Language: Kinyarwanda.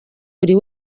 buri